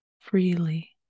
freely